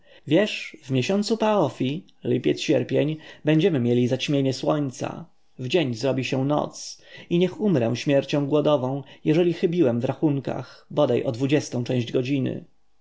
wiesz w miesiącu paofi lipiec sierpień będziemy mieli zaćmienie słońca w dzień zrobi się noc i niech umrę śmiercią głodową jeżeli chybiłem w rachunku bodaj o dwudziestą część godziny